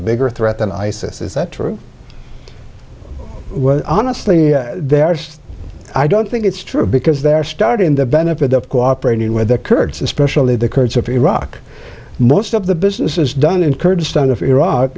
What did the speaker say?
bigger threat than isis is that true honestly there i don't think it's true because they're starting the benefit of cooperation with the kurds especially the kurds of iraq most of the business is done in